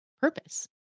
purpose